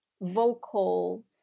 vocal